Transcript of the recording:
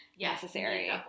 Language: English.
necessary